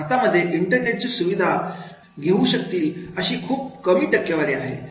भारतामध्ये इंटरनेटची सुविधा घेऊ शकतील अशी खूप कमी टक्केवारी आहे